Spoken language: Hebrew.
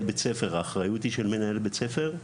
בית ספר והאחריות היא של מנהל בית הספר,